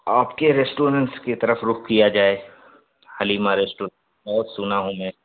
آپ کے ریسٹورینٹ کی طرف رخ کیا جائے حلیمہ ریسٹو بہت سنا ہوں میں